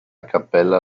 cappella